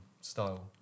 style